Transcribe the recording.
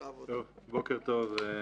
בוקר טוב.